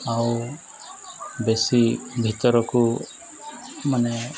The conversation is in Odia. ଆଉ ବେଶୀ ଭିତରକୁ ମାନେ